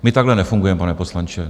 My takhle nefungujeme, pane poslanče.